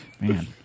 man